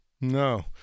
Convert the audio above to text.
No